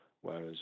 Whereas